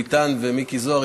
ביטן ומיקי זוהר,